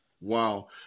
wow